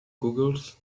googles